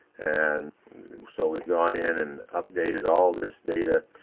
and so we've gone in and updated all this data,